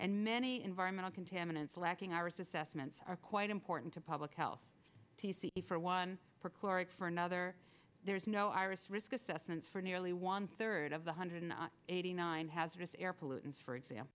and many environmental contaminants lacking our assessments are quite important to public health for one for chlorox for another there's no iris risk assessments for nearly one third of the hundred and eighty nine hazardous air pollutants for example